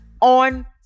on